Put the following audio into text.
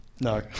No